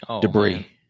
debris